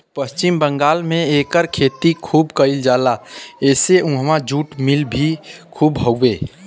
पश्चिम बंगाल में एकर खेती खूब कइल जाला एसे उहाँ जुट मिल भी खूब हउवे